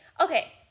okay